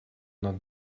над